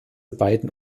beiden